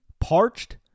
Parched